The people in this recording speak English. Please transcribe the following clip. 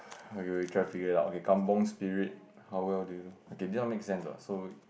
okay we try to figure it out okay kampung spirit okay this one make sense what so